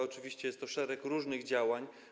Oczywiście jest szereg różnych działań.